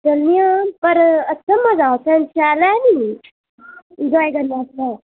जन्ने आं पर अच्छा मजा उत्थै शैल ऐ निं एन्जाय करने आस्तै